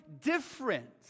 different